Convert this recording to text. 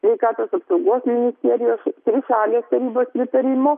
sveikatos apsaugos ministerijos trišalės tarybos pritarimu